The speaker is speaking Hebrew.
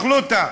מח'לוטה.